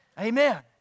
Amen